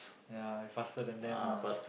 ya I faster than them ah